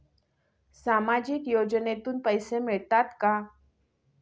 सामाजिक योजनेतून पैसे मिळतात का?